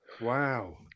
Wow